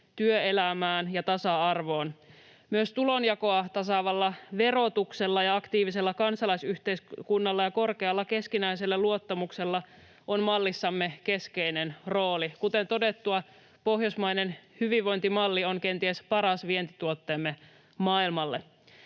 työelämään ja tasa-arvoon. Myös tulonjakoa tasaavalla verotuksella ja aktiivisella kansalaisyhteiskunnalla ja korkealla keskinäisellä luottamuksella on mallissamme keskeinen rooli. Kuten todettua, pohjoismainen hyvinvointimalli on kenties paras vientituotteemme maailmalle.